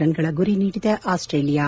ರನ್ಗಳ ಗುರಿ ನೀಡಿದ ಆಸ್ಟೇಲಿಯಾ